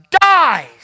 dies